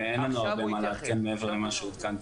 ואין לנו הרבה מה לעדכן מעבר למה שעודכנתם.